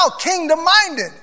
kingdom-minded